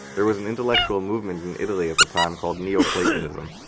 there was an intellectual movement in italy at the time called neoplatonism.